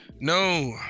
no